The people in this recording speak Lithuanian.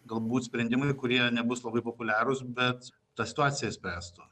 galbūt sprendimai kurie nebus labai populiarūs bet tą situaciją spręstų